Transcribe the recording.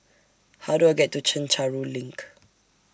How Do I get to Chencharu LINK